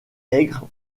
aigre